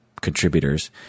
contributors